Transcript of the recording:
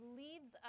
leads